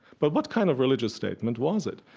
but what kind of religious statement was it?